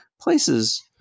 places